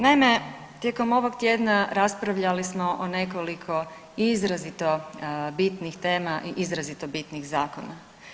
Naime, tijekom ovog tjedna raspravljali smo o nekoliko izrazito bitnih tema i izrazito bitnih zakona.